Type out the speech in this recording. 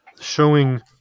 Showing